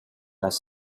las